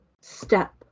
Step